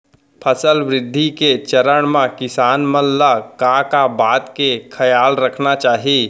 फसल वृद्धि के चरण म किसान मन ला का का बात के खयाल रखना चाही?